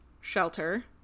shelter